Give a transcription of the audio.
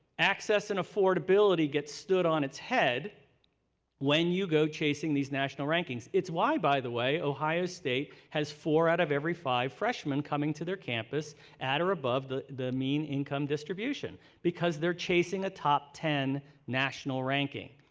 access and affordability get stood on its head when you go chasing these national rankings. it's why, by the way, ohio state has four out of every five freshmen coming to their campus at or above the the mean income distribution because they're chasing a top ten national ranking.